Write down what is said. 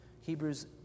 Hebrews